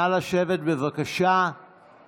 נא לשבת, בבקשה.